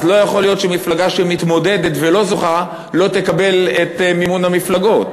אז לא יכול להיות שמפלגה שמתמודדת ולא זוכה לא תקבל את מימון המפלגות,